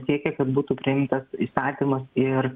siekė kad būtų priimtas įstatymas ir